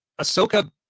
Ahsoka